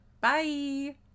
Bye